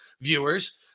viewers